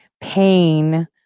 pain